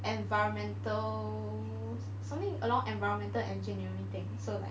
environmental something along environmental engineering thing so like